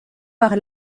par